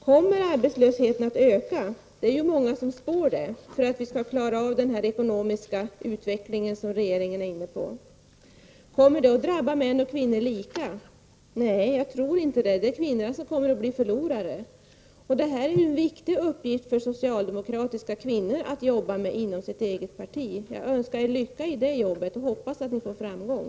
Kommer arbetslösheten att öka? Det är många som spår det, och orsaken är att vi skall klara den ekonomiska utveckling som regeringen arbetar med. Kommer det att drabba män och kvinnor lika? Nej, jag tror inte det. Det är kvinnorna som kommer att bli förlorare. Detta är en viktig uppgift för de socialdemokratiska kvinnorna att jobba med inom sitt eget parti. Jag önskar er lycka i det jobbet och hoppas att ni får framgång.